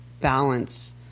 balance